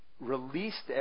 released